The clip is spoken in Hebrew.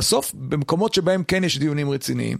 בסוף, במקומות שבהם כן יש דיונים רציניים,